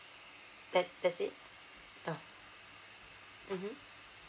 that that's it oh mmhmm